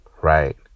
right